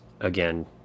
again